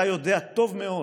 אתה יודע טוב מאוד